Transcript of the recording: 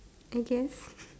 I guess